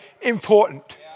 important